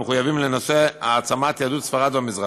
המחויבים לנושא העצמת יהדות ספרד והמזרח,